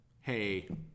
hey